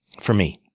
for me.